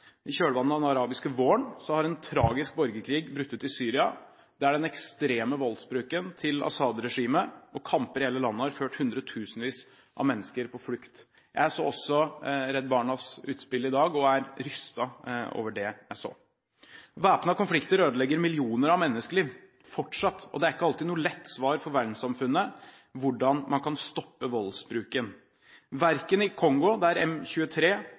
I kjølvannet av den arabiske våren har en tragisk borgerkrig brutt ut i Syria, der den ekstreme voldsbruken til Assad-regimet og kamper i hele landet har ført hundretusenvis av mennesker på flukt. Jeg så også Redd Barnas utspill i dag og er rystet over det jeg så. Væpnede konflikter ødelegger fortsatt millioner av menneskeliv, og det er ikke alltid noe lett svar for verdenssamfunnet på hvordan man kan stoppe voldsbruken, verken i Kongo, der